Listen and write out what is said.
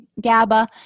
GABA